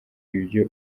ibyo